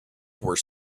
were